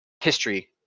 history